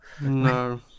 No